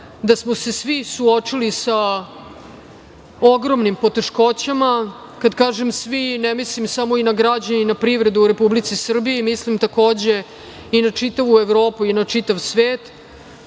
da smo se svi suočili sa ogromnim poteškoćama. Kada kažem svi, ne mislim samo na građenje i privredu u Republici Srbiji, mislim, takođe i na čitavu Evropu i na čitav svet,